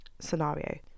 scenario